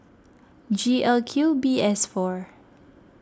G L Q B S four